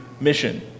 mission